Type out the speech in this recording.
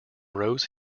rose